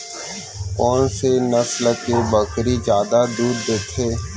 कोन से नस्ल के बकरी जादा दूध देथे